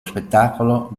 spettacolo